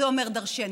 זה אומר דרשני.